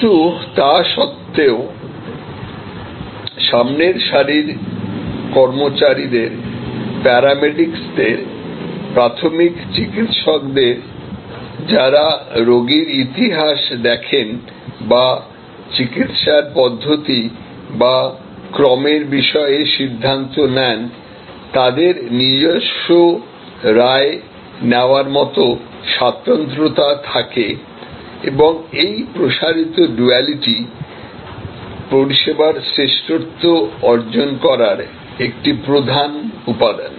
কিন্তু তা সত্বেও সামনের সারির কর্মচারীদের প্যারামেডিকস দের প্রাথমিক চিকিত্সক দের যারা রোগীর ইতিহাস দেখেন বা চিকিত্সার পদ্ধতি বা ক্রমের বিষয়ে সিদ্ধান্ত নেন তাদের নিজস্ব রায় নেওয়ার মতো স্বাতন্ত্র্যতা থাকে এবং এই প্রসারিত ডুয়ালিটিটি পরিষেবার শ্রেষ্ঠত্ব অর্জন করার একটি প্রধান উপাদান